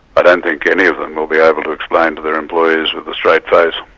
i don't think any of them will be able to explain to their employees with a straight face,